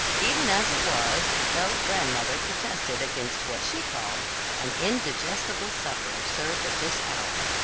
even as it was, belle's grandmother protested against what she called an indigestible supper served at this hour.